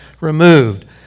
removed